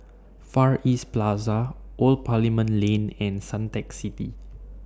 Far East Plaza Old Parliament Lane and Suntec City